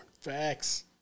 Facts